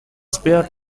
spare